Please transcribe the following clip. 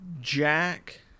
Jack